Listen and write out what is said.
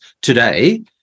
today